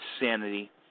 Insanity